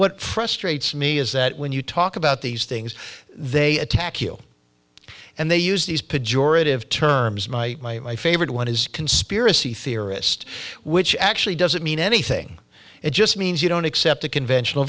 what frustrates me is that when you talk about these things they attack you and they use these pejorative terms my favorite one is conspiracy theorist which actually doesn't mean anything it just means you don't accept the conventional